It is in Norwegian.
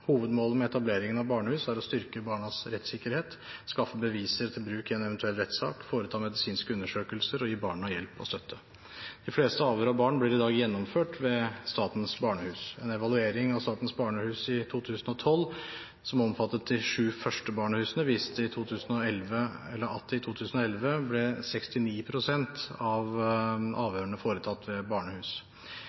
Hovedmålet med etableringen av barnehus er å styrke barnas rettssikkerhet, skaffe beviser til bruk i en eventuell rettssak, foreta medisinske undersøkelser og gi barna hjelp og støtte. De fleste avhør av barn blir i dag gjennomført ved Statens barnehus. En evaluering av Statens barnehus i 2012, som omfattet de sju første barnehusene, viste at i 2011 ble 69 pst. av avhørene foretatt ved barnehus.